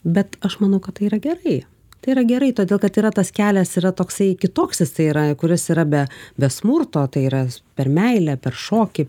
bet aš manau kad tai yra gerai tai yra gerai todėl kad yra tas kelias yra toksai kitoks jisai yra kuris yra be be smurto tai yra per meilę per šokį